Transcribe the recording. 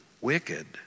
wicked